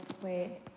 wait